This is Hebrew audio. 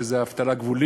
שזו אבטלה גבולית,